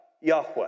Yahweh